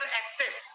access